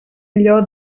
allò